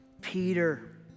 Peter